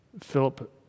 Philip